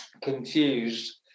confused